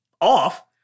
off